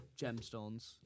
gemstones